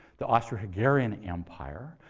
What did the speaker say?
the austro-hungarian empire,